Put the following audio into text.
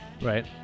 Right